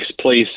place